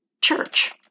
church